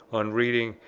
on reading,